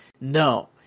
No